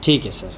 ٹھیک ہے سر